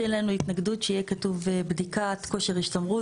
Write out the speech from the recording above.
שאין לנו התנגדות שיהיה כתוב בדיקת כושר השתמרות